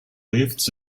lifts